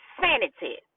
sanity